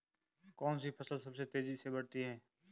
कौनसी फसल सबसे तेज़ी से बढ़ती है?